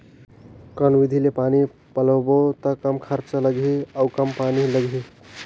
कौन विधि ले पानी पलोबो त कम खरचा लगही अउ कम पानी लगही?